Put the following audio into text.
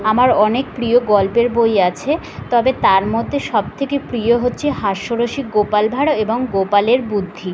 আমার অনেক প্রিয় গল্পের বই আছে তবে তার মধ্যে সবথেকে প্রিয় হচ্ছে হাস্য রসিক গোপাল ভাঁড় এবং গোপালের বুদ্ধি